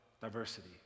diversity